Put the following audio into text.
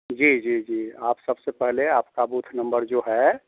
जी जी जी आप सबसे पहले आपका बूथ नंबर जो है